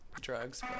drugs